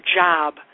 job